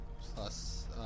plus